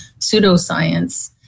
pseudoscience